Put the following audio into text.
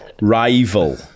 Rival